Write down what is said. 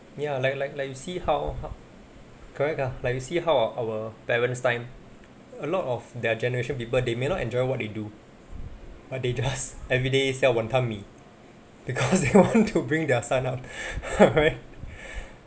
ya like like like you see how how correct ah like you see how our parents' time a lot of their generation people they may not enjoy what they do but they just every day sell wanton mee because they want to bring their son up right